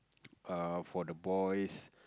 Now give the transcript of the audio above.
err for the boys